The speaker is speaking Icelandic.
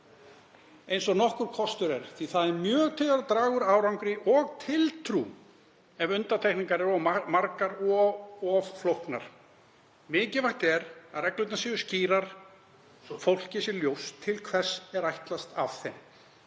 eins og nokkur kostur er. Það er mjög til að draga úr árangri og tiltrú ef undantekningar eru of margar og of flóknar. Mikilvægt er að reglurnar séu skýrar svo að fólki sé ljóst til hvers er ætlast af því.